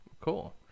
Cool